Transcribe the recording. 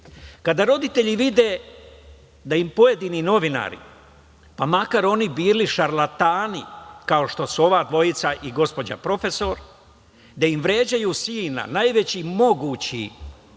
Kada roditelji vide da im pojedini novinari, pa makar oni bili šarlatani, kao što su ova dvojica i gospođa profesor, da im vređaju sina najvećim mogućim